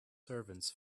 servants